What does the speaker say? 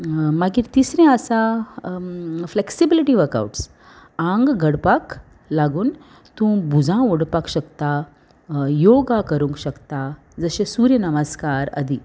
मागीर तिसरें आसा फ्लेक्सिबिलिटी वर्कआवट्स आंग घडपाक लागून तूं भुजां ओडपाक शकता योगा करूंक शकता जशें सूर्य नमस्कार आदी